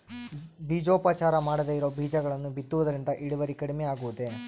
ಬೇಜೋಪಚಾರ ಮಾಡದೇ ಇರೋ ಬೇಜಗಳನ್ನು ಬಿತ್ತುವುದರಿಂದ ಇಳುವರಿ ಕಡಿಮೆ ಆಗುವುದೇ?